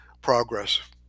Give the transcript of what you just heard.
progress